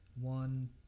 one